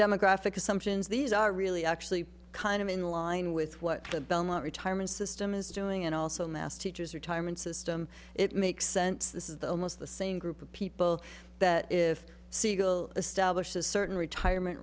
demographic assumptions these are really actually kind of in line with what the belmont retirement system is doing and also mass teachers retirement system it makes sense this is the almost the same group of people that if siegel established a certain retirement